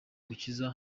gukiza